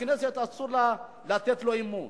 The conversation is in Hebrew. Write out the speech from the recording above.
הכנסת, אסור לה לתת לו אמון.